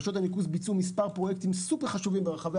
רשויות הניקוז ביצעו מספר פרויקטים סופר חשובים ברחבי